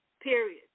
period